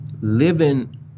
living